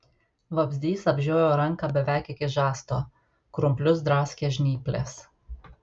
vabzdys apžiojo ranką beveik iki žasto krumplius draskė žnyplės